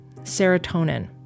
serotonin